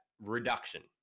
reduction